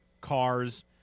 cars